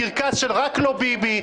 קרקס של "רק לא ביבי",